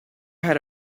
had